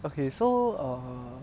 okay so err